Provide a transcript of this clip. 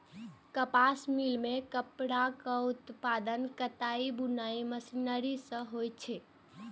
कपास मिल मे कपड़ाक उत्पादन कताइ बुनाइ मशीनरी सं होइ छै